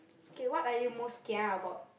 K what are you most kia about